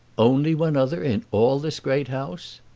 only one other, in all this great house!